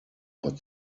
but